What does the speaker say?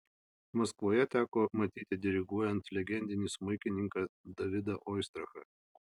maskvoje teko matyti diriguojant legendinį smuikininką davidą oistrachą